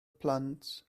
plant